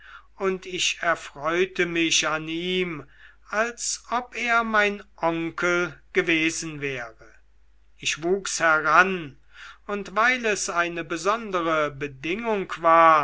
und ich erfreute mich an ihm als ob er mein onkel gewesen wäre ich wuchs heran und weil es eine besondere bedingung war